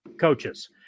coaches